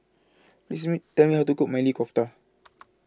Please Tell Me Tell Me How to Cook Maili Kofta